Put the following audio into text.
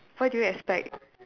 what do you expect